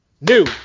New